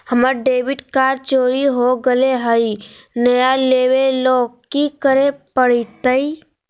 हमर debit card चोरी हो गेले हई, नया लेवे ल की करे पड़तई?